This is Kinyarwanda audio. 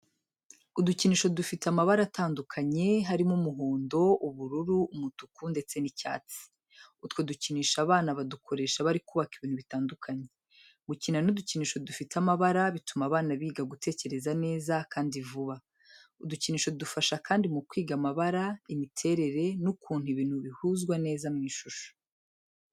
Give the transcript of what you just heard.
Udukinisho dufite amabara atandukanye, harimo: umuhondo, ubururu, umutuku ndetse n'icyatsi. Utwo dukinisho abana badukoresha bari kubaka ibintu bitandukanye. Gukina n'udukinisho dufite amabara bituma abana biga gutekereza neza kandi vuba. Udukinisho dufasha kandi mu kwiga amabara, imiterere, n'ukuntu ibintu bihuzwa neza mu ishusho.